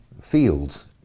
fields